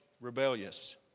rebellious